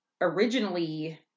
originally